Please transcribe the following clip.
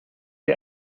sie